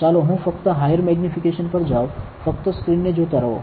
ચાલો હું ફક્ત હાયર મેગ્નીફિકેશન પર જઉં ફક્ત સ્ક્રીનને જોતા રહો